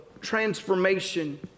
transformation